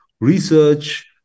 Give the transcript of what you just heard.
research